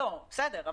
בסדר,